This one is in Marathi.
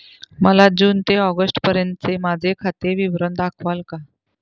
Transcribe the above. मला जून ते ऑगस्टपर्यंतचे माझे खाते विवरण दाखवाल का?